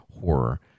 horror